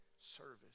service